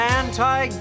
anti